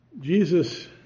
Jesus